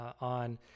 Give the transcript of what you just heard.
on